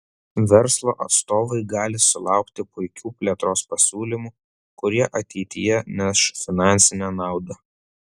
verslo atstovai gali sulaukti puikių plėtros pasiūlymų kurie ateityje neš finansinę naudą